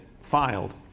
filed